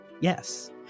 Yes